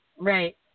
Right